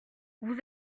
vous